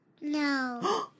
No